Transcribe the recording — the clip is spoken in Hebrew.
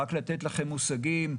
רק לתת לכם מושגים,